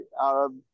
Arab